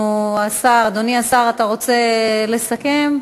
אדוני השר, אתה רוצה לסכם?